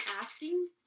asking